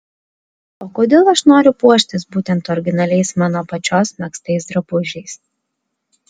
o kodėl aš noriu puoštis būtent originaliais mano pačios megztais drabužiais